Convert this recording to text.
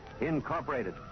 Incorporated